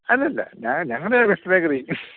അല്ലല്ല ഞാൻ ഞങ്ങളുടെ ബെസ്റ്റ് ബേക്കറി